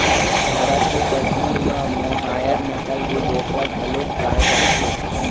भारत के कस्मीर म मोहायर नसल के बोकरा घलोक पाए जाथे